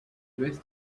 best